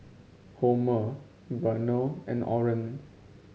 Homer Vernal and Oren